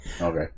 Okay